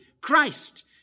Christ